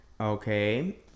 okay